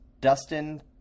Dustin